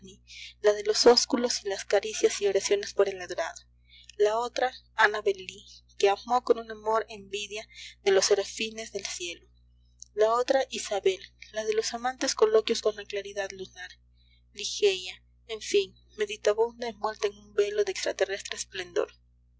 la de los ósculos y las caricias y oraciones por el adorado la otra annabel lee que amó con un amor envidia de los serafines del cielo la otra isabel la de los amantes coloquios en la claridad lunar ligeia en fin meditabunda envuelta en un velo de extraterrestre esplendor